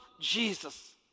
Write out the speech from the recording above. Jesus